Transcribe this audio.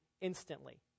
instantly